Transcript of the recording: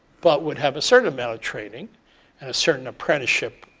but would have a certain amount of training and a certain apprenticeship